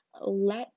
let